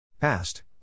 Past